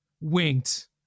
winked